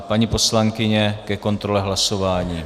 Paní poslankyně ke kontrole hlasování.